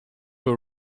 were